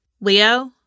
Leo